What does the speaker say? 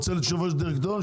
רוצה להיות יושב-ראש דירקטוריון,